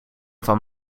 van